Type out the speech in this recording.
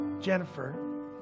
Jennifer